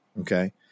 Okay